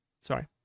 Sorry